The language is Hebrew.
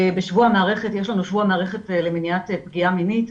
יש לנו שבוע המערכת למניעת פגיעה מינית,